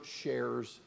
shares